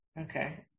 Okay